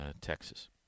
Texas